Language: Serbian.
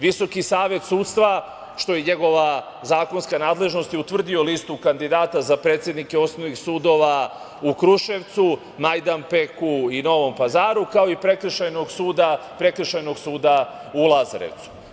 Visoki savet sudstva, što je njegova zakonska nadležnost, je utvrdio listu kandidata za predsednike osnovnih sudova u Kruševcu, Majdanpeku i Novom Pazaru, kao i Prekršajnog suda u Lazarevcu.